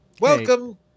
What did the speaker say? Welcome